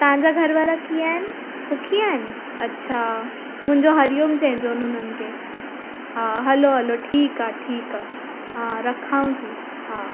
तव्हांजा घरवारा कीअं आहिनि सुखी आहिनि अछा मुंहिंजो हरीओम चइजोनि उन्हनि खे हा हलो हलो ठीकु आहे ठीकु आहे हा रखांव थी हा